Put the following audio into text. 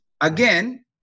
Again